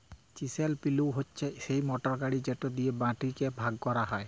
chisel plough হছে সেই motor গাড়ি যেট দিঁয়ে মাটিকে ভাগ ক্যরা হ্যয়